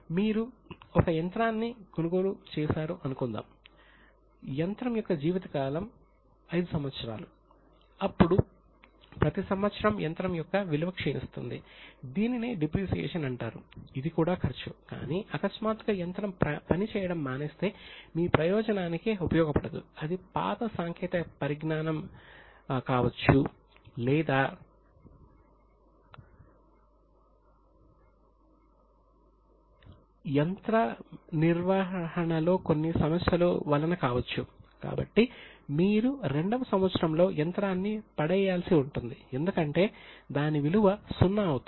మీరు ఒక యంత్రాన్ని కొనుగోలు చేశారు అనుకుందాం యంత్రం యొక్క జీవితం 5 సంవత్సరాలు అప్పుడు ప్రతి సంవత్సరం యంత్రం యొక్క విలువ క్షీణిస్తుంది